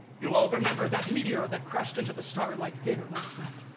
you all remember that meteor that crashed into the starlight theater last night?